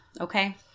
Okay